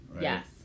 yes